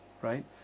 right